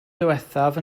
ddiwethaf